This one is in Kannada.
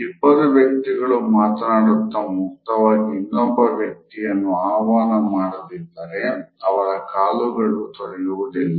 ಇಬ್ಬರೂ ವ್ಯಕ್ತಿಗಳು ಮಾತನಾಡುತ್ತ ಮುಕ್ತವಾಗಿ ಇನ್ನೊಬ್ಬ ವ್ಯಕ್ತಿಯನ್ನು ಆಹ್ವಾನ ಮಾಡದಿದ್ದರೆ ಅವರ ಕಾಲುಗಳು ತೆರೆಯುವುದಿಲ್ಲ